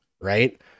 right